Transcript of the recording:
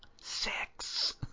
six